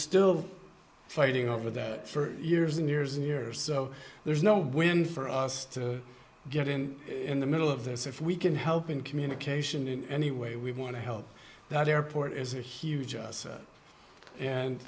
still fighting over that for years and years and years so there's no wind for us to get in in the middle of this if we can help in communication in any way we want to help that airport is a huge us and